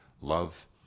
love